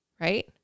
right